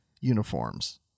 uniforms